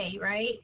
right